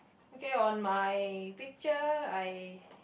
okay on my picture I